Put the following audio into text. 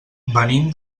venim